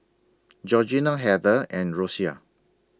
Georgina Heather and Rosia